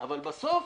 אבל בסוף,